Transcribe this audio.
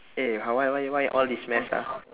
eh !huh! why why why all this mess ah